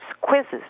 quizzes